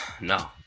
No